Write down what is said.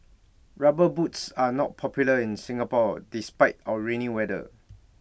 rubber boots are not popular in Singapore despite our rainy weather